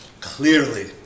clearly